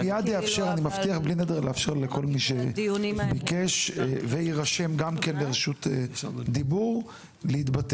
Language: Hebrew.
גברת